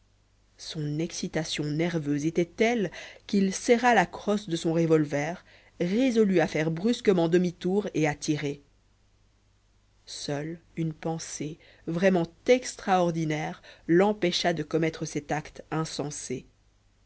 son excitation nerveuse était telle qu'il serra la crosse de son revolver résolu à faire brusquement demi-tour et à tirer seule une pensée vraiment extraordinaire l'empêcha de commettre cet acte insensé